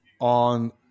on